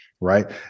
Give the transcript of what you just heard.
right